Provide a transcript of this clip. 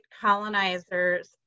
colonizers